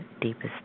deepest